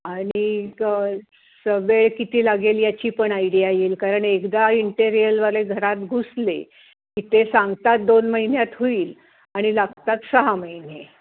आणि क स वेळ किती लागेल याची पण आयडिया येईल कारण एकदा इंटेरियलवाले घरात घुसले की ते सांगतात दोन महिन्यात होईल आणि लागतात सहा महिने